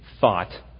thought